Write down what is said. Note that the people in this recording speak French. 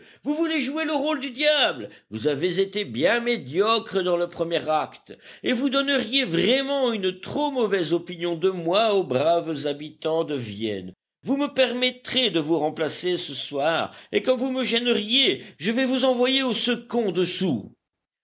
vous voulez jouer le rôle du diable vous avez été bien médiocre dans le premier acte et vous donneriez vraiment une trop mauvaise opinion de moi aux braves habitants de vienne vous me permettrez de vous remplacer ce soir et comme vous me gêneriez je vais vous envoyer au second dessous